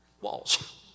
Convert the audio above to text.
Walls